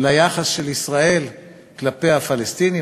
ליחס של ישראל כלפי הפלסטינים,